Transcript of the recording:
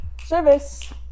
Service